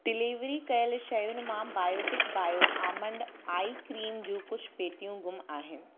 delivery कयलु शयुनि मां Biotique bio almond eye cream जूं कुझु पेटियूं गुमु आहिनि